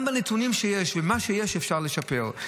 גם בנתונים שיש ובמה שיש אפשר לשפר.